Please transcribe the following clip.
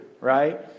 right